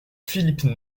philippe